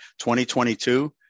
2022